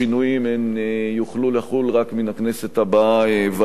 הם יוכלו לחול רק מן הכנסת הבאה ואילך.